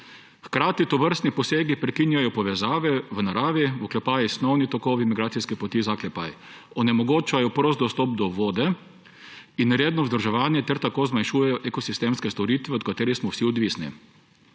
Hkrati tovrstni posegi prekinjajo povezave v naravi (snovni tokovi, migracijske poti), onemogočajo prost dostop do vode in redno vzdrževanje ter tako zmanjšujejo ekosistemske storitve, od katerih smo vsi odvisni.